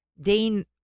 Dean